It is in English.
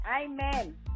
Amen